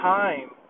time